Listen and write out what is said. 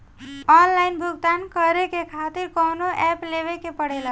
Online भुगतान करके के खातिर कौनो ऐप लेवेके पड़ेला?